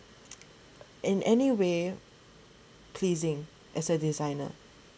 in any way pleasing as a designer